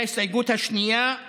וההסתייגות השנייה היא